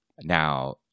Now